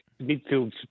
midfield